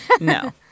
No